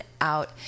out